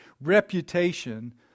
reputation